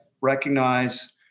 recognize